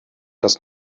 das